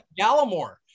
Gallimore